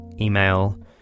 email